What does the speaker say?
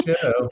show